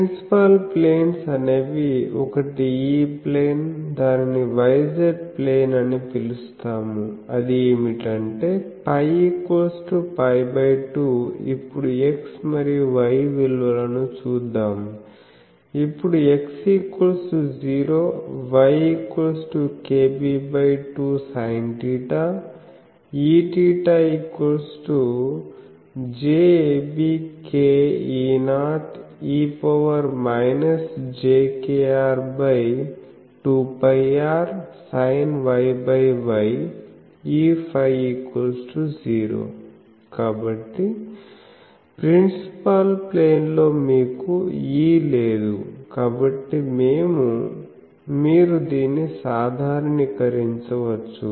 principal planes అనేవి ఒకటి E plane దానిని y z ప్లేన్ అని పిలుస్తాము అది ఏమిటంటే φπ2ఇప్పుడు X మరియు Y విలువలను చూద్దాము ఇప్పుడు X0Ykb2sinθ EθjabkE0e jkr 2πrsinYY Eφ0 కాబట్టి ప్రిన్సిపాల్ ప్లేన్ లో మీకు E లేదు కాబట్టి మీరు దీన్ని సాధారణీకరించవచ్చు